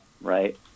right